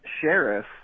sheriff